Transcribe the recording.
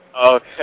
Okay